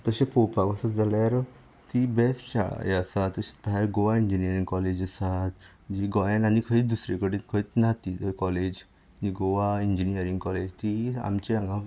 तशी पळोवपाक वचत जाल्यार ती बेश्ट शाळा हें आसा भायर गोवा इंजिनियरींग कॉलेज आसात जी गोंयांत आनी दुसरे कडेन आनी खंयच ना ती कॉलेज गोवा इंजिनियरींग कॉलेज ती आमचे हांगा